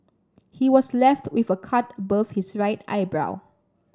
he was left with a cut above his right eyebrow